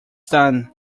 done